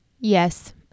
Yes